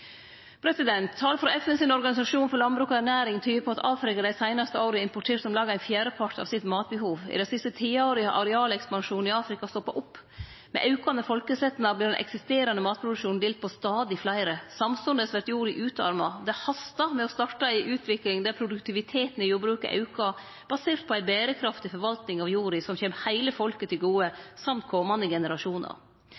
Tal frå FNs organisasjon for landbruk og ernæring tyder på at Afrika dei seinaste åra har importert om lag ein fjerdepart av matbehovet sitt. I dei siste tiåra har arealekspansjonen i Afrika stoppa opp. Med aukande folkesetnad vert den eksisterande matproduksjonen delt på stadig fleire. Samstundes vert jorda utarma. Det hastar med å starte ei utvikling der produktiviteten i jordbruket aukar, basert på ei berekraftig forvalting av jorda, som kjem heile folket til gode